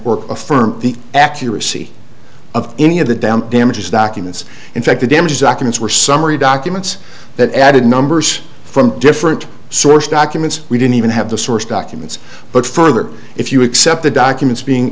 affirm the accuracy of any of the down damages documents in fact the damages documents were summary documents that added numbers from different source documents we didn't even have the source documents but further if you accept the documents being